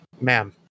ma'am